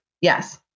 Yes